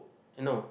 you know